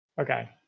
Okay